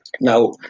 now